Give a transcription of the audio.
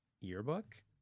yearbook